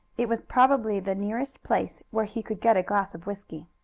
it was probably the nearest place where he could get a glass of whisky.